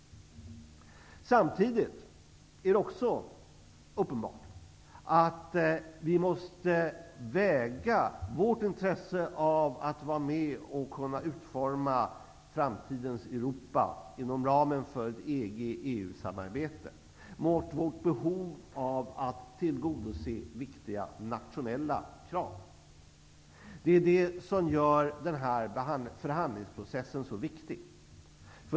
Samtidigt är det också uppenbart att vi måste väga vårt intresse av att vara med, och av att kunna utforma framtidens Europa inom ramen för ett EG/EU-samarbete, mot vårt behov av att tillgodose viktiga nationella krav. Det är det som gör förhandlingsprocessen så viktig.